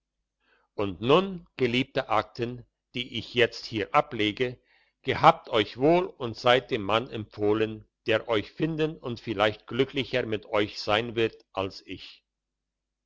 und nun geliebte akten die ich jetzt hier ablege gehabt euch wohl und seid dem mann empfohlen der euch finden und vielleicht glücklicher mit euch sein wird als ich